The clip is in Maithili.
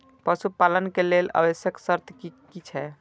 पशु पालन के लेल आवश्यक शर्त की की छै?